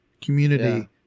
community